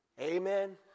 Amen